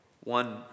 One